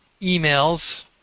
emails